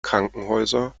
krankenhäuser